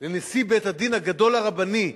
לנשיא בית-הדין הרבני הגדול,